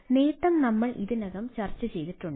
അതിനാൽ നേട്ടം നമ്മൾ ഇതിനകം ചർച്ചചെയ്തിട്ടുണ്ട്